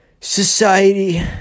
Society